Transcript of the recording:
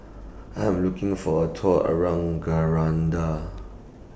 I Am looking For A Tour around Grenada